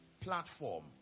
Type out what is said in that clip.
platform